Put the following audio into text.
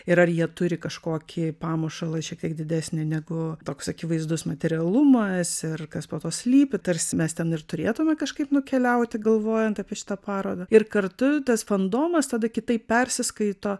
ir ar jie turi kažkokį pamušalą šiek tiek didesnį negu toks akivaizdus materialumas ir kas po to slypi tarsi mes ten ir turėtume kažkaip nukeliauti galvojant apie šitą parodą ir kartu tas fandomas tada kitaip persiskaito